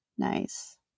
Nice